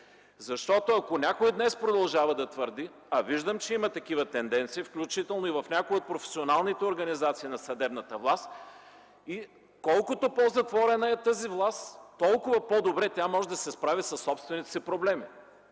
Защото ако някой днес продължава да твърди (виждам, че има такива тенденции, включително и в някои от професионалните организации на съдебната власт), че колкото по-затворена е тази власт, толкова по-добре тя може да се справи със собствените си проблеми,